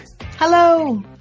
Hello